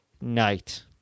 night